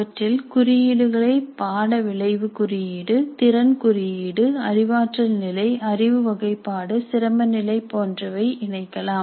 அவற்றில் குறியீடுகளை பாட விளைவு குறியீடு திறன் குறியீடு அறிவாற்றல் நிலை அறிவு வகைப்பாடு சிரம நிலை போன்றவை இணைக்கலாம்